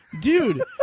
dude